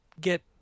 get